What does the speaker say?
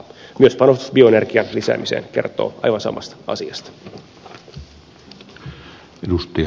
myös panostus bioenergian lisäämiseen kertoo aivan samasta asiasta